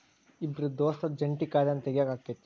ಇಬ್ರ ದೋಸ್ತರ ಜಂಟಿ ಖಾತಾನ ತಗಿಯಾಕ್ ಆಕ್ಕೆತಿ?